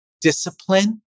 discipline